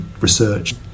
research